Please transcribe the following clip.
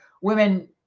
women